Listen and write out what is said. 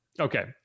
Okay